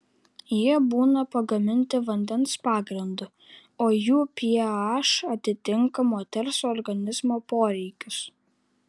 jie būna pagaminti vandens pagrindu o jų ph atitinka moters organizmo poreikius